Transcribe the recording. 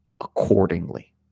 accordingly